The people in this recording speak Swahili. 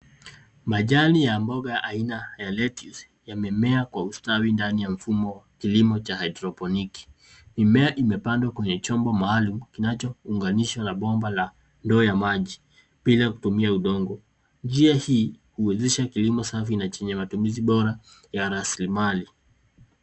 Majani ya mboga aina ya lettuce yamemea kwa ustawi ndani ya mfumo wa kilimo cha haidroponiki. Mimea imepandwa kwenye chombo maalum kinachounganishwa na bomba la ndoo ya maji bila kutumia udongo. Njia hii huwezesha kilimo safi na chenye matumizi bora ya rasilimali.